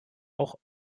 auch